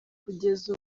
kugeza